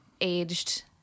aged